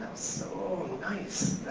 so nice